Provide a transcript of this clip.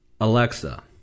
Alexa